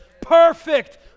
Perfect